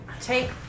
take